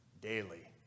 daily